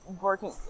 working